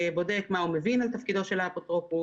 בודק מה הוא מבין על תפקידו של האפוטרופוס,